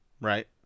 Right